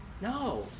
No